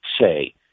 say